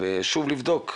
ושוב לבדוק,